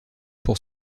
pour